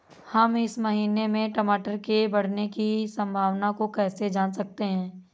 हम इस महीने में टमाटर के बढ़ने की संभावना को कैसे जान सकते हैं?